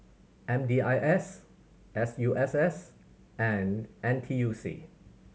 M D I S S U S S and N T U C